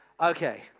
okay